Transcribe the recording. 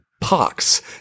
Pox